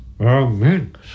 Amen